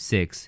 Six